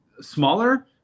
smaller